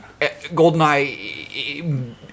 Goldeneye